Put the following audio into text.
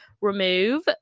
Remove